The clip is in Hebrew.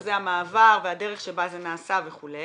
שזה המעבר והדרך שבה זה נעשה וכו',